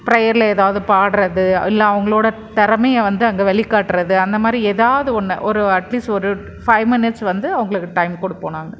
ப்ரேயரில் ஏதாவது பாடுகிறது இல்லை அவங்களோட திறமைய வந்து அங்கே வெளிக்காடுறது அந்த மாதிரி ஏதாவது ஒன்று ஒரு அட்லீஸ்ட் ஒரு ஃபைவ் மினிட்ஸ் வந்து அவங்களுக்கு டைம் கொடுப்போம் நாங்கள்